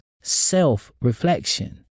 self-reflection